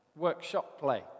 workshopplay